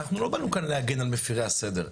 אנחנו לא באנו כאן להגן על מפירי הסדר,